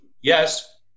yes